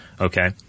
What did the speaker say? Okay